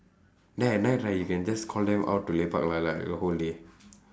then at night right you can just call them out to lepak lah like the whole day